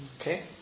Okay